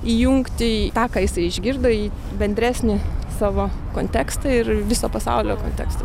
įjungti tą ką jisai išgirdo į bendresnį savo kontekstą ir viso pasaulio kontekstą